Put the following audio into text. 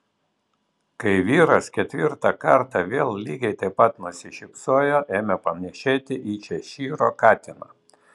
kai vyras ketvirtą kartą vėl lygiai taip pat nusišypsojo ėmė panašėti į češyro katiną